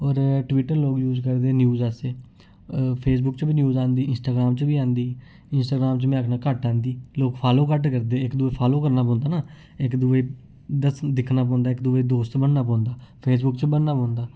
होर टविटर लोक यूज करदे न्यूज आस्तै फेसबुक च बी न्यूज आंदी इंस्टाग्रांम च बी आंदी इंटाग्रांम में आखना घट्ट आंदी लोक फालो घट्ट् करदे फालो करना पौंदा न इक दूए गी दस्सना दिक्खना पौंदा दुए दोस्त बनना पौंदा फेसबुक च बनना पौंदा